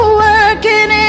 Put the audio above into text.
working